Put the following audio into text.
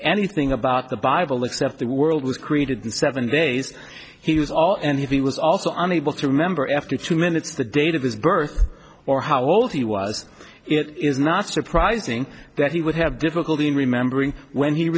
anything about the bible except the world was created in seven days he was all and he was also on able to remember after two minutes the date of his birth or how old he was it is not surprising that he would have difficulty in remembering when he